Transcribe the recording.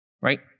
right